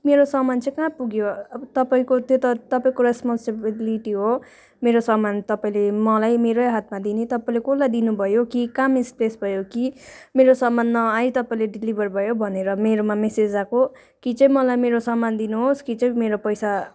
मेरो सामान चाहिँ कहाँ पुग्यो अब तपाईँको त्यो त तपाईँको रेस्पोन्सिबिलिटी हो मेरो सामान तपाईँले मलाई मेरै हातमा दिने तपाईँले कसलाई दिनुभयो कि कहाँ मिस्प्लेस भयो कि मेरो सामान नआइ तपाईँले डेलिभर भयो भनेर मेरोमा मेसेज आएको कि चाहिँ मलाई मेरो सामान दिनुहोस् कि चाहिँ मेरो पैसा